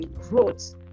growth